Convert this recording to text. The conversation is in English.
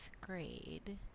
grade